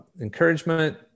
encouragement